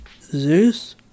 Zeus